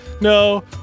No